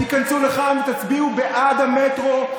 תיכנסו לכאן ותצביעו בעד המטרו,